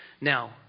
Now